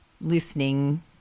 listening